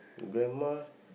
grandma